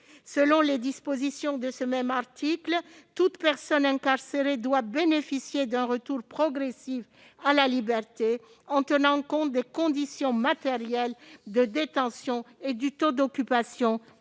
Selon les dispositions de ce même article, toute personne incarcérée doit bénéficier d'un retour progressif à la liberté en tenant compte des conditions matérielles de détention et du taux d'occupation